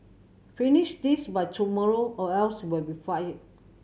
finish this by tomorrow or else we'll be fired